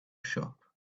shop